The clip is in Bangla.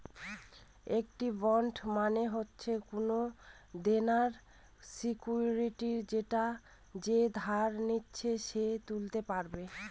একটি বন্ড মানে হচ্ছে কোনো দেনার সিকুইরিটি যেটা যে ধার নিচ্ছে সে তুলতে পারে